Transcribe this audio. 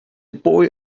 boy